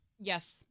Yes